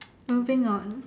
moving on